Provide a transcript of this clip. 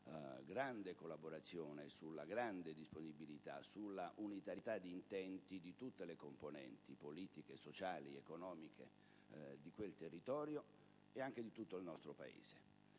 grande collaborazione, disponibilità e unitarietà di intenti di tutte le componenti politiche, sociali ed economiche di quel territorio, ma anche di tutto il nostro Paese.